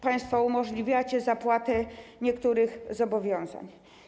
Państwo umożliwiacie zapłatę niektórych zobowiązań.